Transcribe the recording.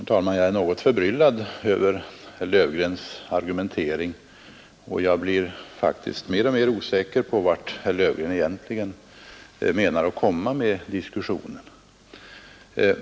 Herr talman! Jag är något förbryllad över herr Löfgrens argumentering, och jag blir mer och mer osäker på vart han egentligen vill komma med denna diskussion.